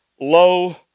low